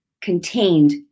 contained